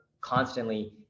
constantly